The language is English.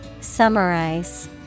Summarize